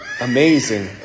Amazing